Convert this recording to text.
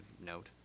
note